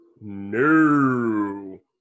No